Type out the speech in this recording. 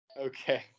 Okay